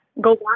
Go